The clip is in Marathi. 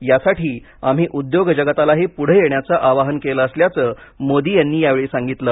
यासाठी आम्ही उद्योग जगतालाही पुढे येण्याचे आवाहन केलं असल्याचं मोदी यांनी यावेळी सांगितलं